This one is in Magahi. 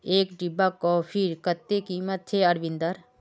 एक डिब्बा कॉफीर कत्ते कीमत छेक अरविंद